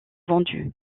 vendu